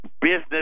business